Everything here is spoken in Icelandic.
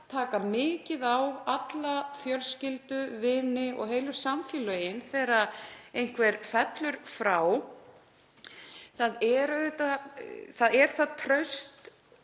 alltaf mikið á alla fjölskyldu, vini og heilu samfélögin þegar einhver fellur frá, er auðvitað það traust